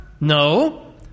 No